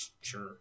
Sure